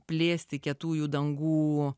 plėsti kietųjų dangų